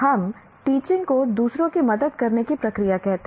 हम टीचिंग को दूसरों की मदद करने की प्रक्रिया कहते हैं